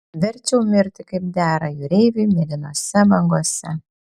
verčiau mirti kaip dera jūreiviui mėlynose bangose